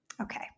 Okay